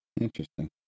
Interesting